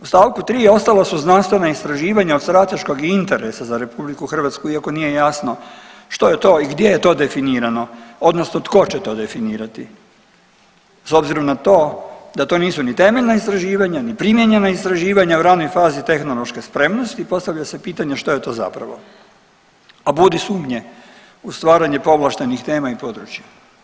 U stavku 3. ostala su znanstvena istraživanja od strateškog interesa za RH iako nije jasno što je to i gdje je to definirano odnosno tko će to definirati s obzirom na to da to nisu ni temeljna istraživanja, ni primijenjena istraživanja u ranoj fazi tehnološke spremnosti i postavlja se pitanje što je to zapravo, a budi sumnje u stvaranje povlaštenih tema i područja.